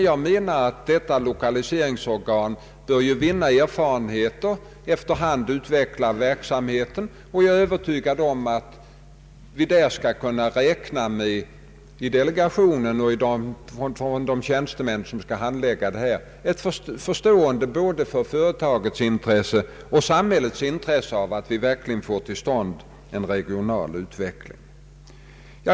Jag menar att detta lokaliseringsor gan ju bör vinna erfarenheter och efter hand utveckla verksamheten. Jag är övertygad om att vi kan räkna med förståelse i delegationen och hos de tjänstemän som skall handlägga dessa ärenden för både företagens intresse och samhällets intresse av att det verkligen kommer till stånd en regional utveckling.